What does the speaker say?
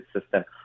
system